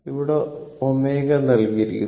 ഇവിടെ ω നൽകിയിരിക്കുന്നു